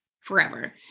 forever